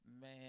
man